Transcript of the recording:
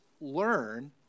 learn